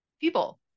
people